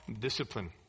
discipline